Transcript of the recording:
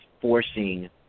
forcing